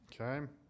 Okay